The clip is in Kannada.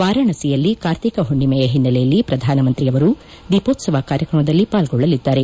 ವಾರಾಣಸಿಯಲ್ಲಿ ಕಾರ್ತಿಕ ಹುಣ್ಣಿಮೆಯ ಹಿನ್ನೆಲೆಯಲ್ಲಿ ಪ್ರಧಾನಮಂತ್ರಿ ಅವರು ದೀಪೋತ್ಸವ ಕಾರ್ಯಕ್ರಮದಲ್ಲಿ ಪಾಲ್ಗೊಳ್ಳಲಿದ್ದಾರೆ